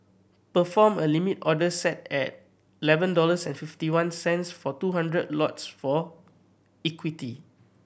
perform a Limit order set at eleven dollars and fifty one cents for two hundred lots for equity